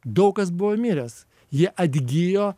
daug kas buvo miręs jie atgijo